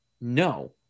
No